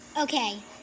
Okay